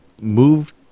move